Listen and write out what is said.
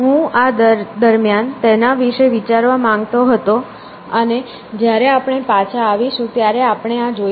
હું આ દરમિયાન તેના વિશે વિચારવા માંગતો હતો અને જ્યારે આપણે પાછા આવીશું ત્યારે આપણે આ જોઈશું